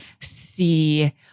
See